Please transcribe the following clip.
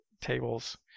tables